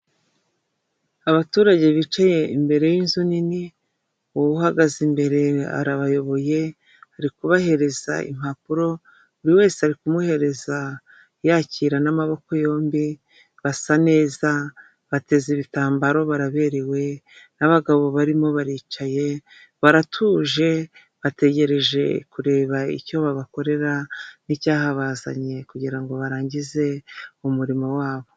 Abaturage bicaye imbere y'inzu nini uwahagaze imbere arabayoboye ari kubahereza impapuro, buri wese ari kumuhereza yakira n'amaboko yombi basa neza bateze ibitambaro baraberewe, n'abagabo barimo baricaye baratuje bategereje kureba icyo babakorera n'icyahabazanye kugira ngo barangize umurimo wabo.